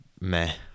meh